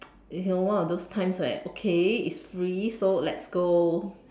you know one of those times like okay free so let's go